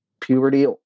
puberty